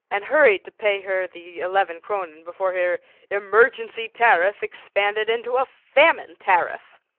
and hurried to pay her the eleven kronen before her emergency tariff expanded into a famine tariff.